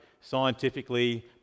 scientifically